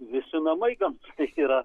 visi namai gamtoj yra